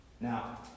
Now